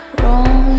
Wrong